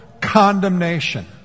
condemnation